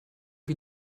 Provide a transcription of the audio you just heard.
wie